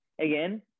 again